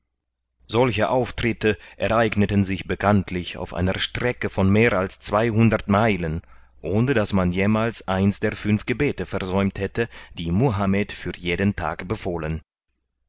solche auftritte ereigneten sich bekanntlich auf einer strecke von mehr als zweihundert meilen ohne daß man jemals eins der fünf gebete versäumt hätte die muhamed für jeden tag befohlen